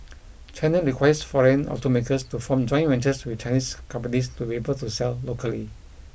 China requires foreign automakers to form joint ventures with Chinese companies to be able to sell locally